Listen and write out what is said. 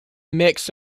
mix